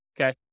Okay